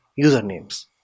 usernames